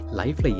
life